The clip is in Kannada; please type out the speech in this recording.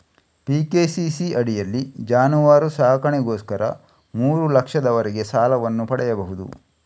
ಪಿ.ಕೆ.ಸಿ.ಸಿ ಅಡಿಯಲ್ಲಿ ಜಾನುವಾರು ಸಾಕಣೆಗೋಸ್ಕರ ಮೂರು ಲಕ್ಷದವರೆಗೆ ಸಾಲವನ್ನು ಪಡೆಯಬಹುದು